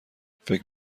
فکر